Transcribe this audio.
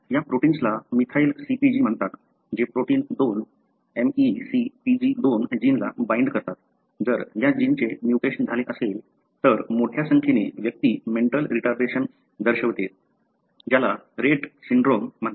या प्रोटिन्सला methyl CpG म्हणतात जे प्रोटीन 2 MeCpG 2 जीनला बाइंड करतात जर या जीनचे म्युटेशन झाले असेल तर मोठ्या संख्येने व्यक्ती मेंटल रिटार्डेशन दर्शवते ज्याला रेट सिंड्रोम म्हणतात